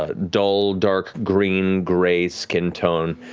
ah dull, dark, green gray skin tone.